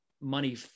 money